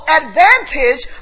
advantage